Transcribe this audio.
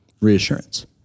reassurance